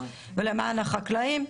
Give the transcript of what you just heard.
ולמען החקלאים,